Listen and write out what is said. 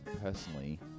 personally